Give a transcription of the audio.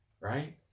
right